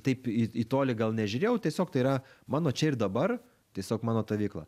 taip į tolį gal nežiūrėjau tiesiog tai yra mano čia ir dabar tiesiog mano ta veikla